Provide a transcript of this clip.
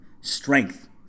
strength